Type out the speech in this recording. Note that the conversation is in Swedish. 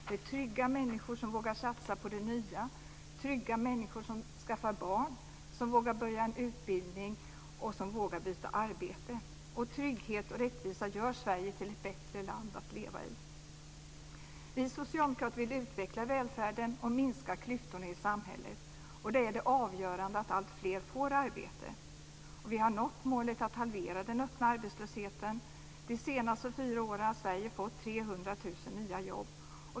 Det är trygga människor som vågar satsa på det nya, trygga människor som skaffar barn, som vågar börja en utbildning och som vågar byta arbete. Trygghet och rättvisa gör Sverige till ett bättre land att leva i. Vi socialdemokrater vill utveckla välfärden och minska klyftorna i samhället, och då är det avgörande att alltfler får arbete. Vi har nått målet att halvera den öppna arbetslösheten. De senaste fyra åren har Sverige fått 300 000 nya jobb.